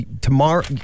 tomorrow